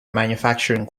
manufacturing